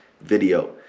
video